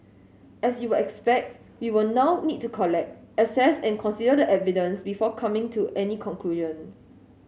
as you will expect we will now need to collect assess and consider the evidence before coming to any conclusions